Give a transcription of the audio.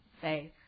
faith